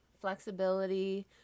flexibility